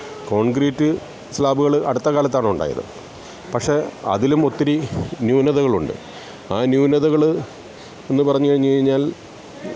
concrete സ്ലാബുകൾ അടുത്തകാലത്താണുണ്ടായത് പക്ഷേ അതിലും ഒത്തിരി ന്യൂനതകളുണ്ട് ആ ന്യൂനതകളെന്ന് പറഞ്ഞു കഴിഞ്ഞ് കഴിഞ്ഞാൽ